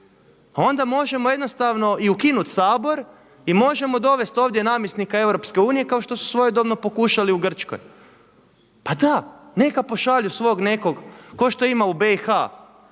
onda možemo jednostavno i ukinuti Sabor i možemo dovesti ovdje namjesnika EU kao što su svojedobno pokušali u Grčkoj. Pa da, neka pošalju svog nekog, kao što ima u BIH